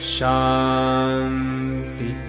Shanti